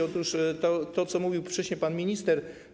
Otóż to, o czym mówił wcześniej pan minister.